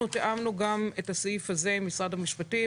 תיאמנו גם את הסעיף הזה עם משרד המשפטים,